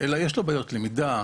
כן יש בעיות למידה,